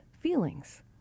feelings